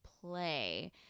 play